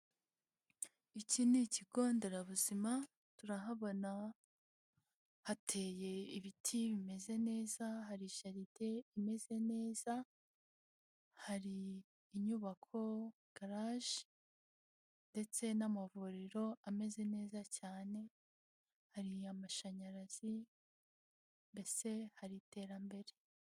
Iki ni ikigo nderabuzima, turahabona hateye ibiti bimeze neza, hari jaride imeze neza, hari inyubako, garaje ndetse n'amavuriro ameze neza cyane, hari amashanyarazi, mbese hari iterambere.